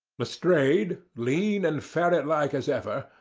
lestrade, lean and ferret-like as ever,